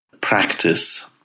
practice